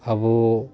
ᱟᱵᱚ